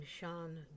Sean